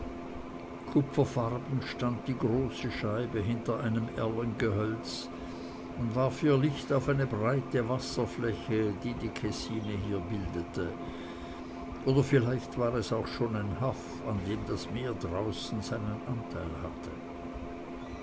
kupferfarben stand die große scheibe hinter einem erlengehölz und warf ihr licht auf eine breite wasserfläche die die kessine hier bildete oder vielleicht war es auch schon ein haff an dem das meer draußen seinen anteil hatte